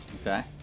Okay